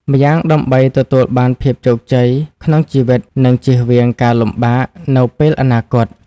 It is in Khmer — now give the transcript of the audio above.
ម្យ៉ាងដើម្បីទទួលបានភាពជោគជ័យក្នុងជីវិតនិងជៀសវាងការលំបាកនៅពេលអនាគត។